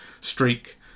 streak